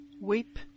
Weep